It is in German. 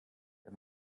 der